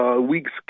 week's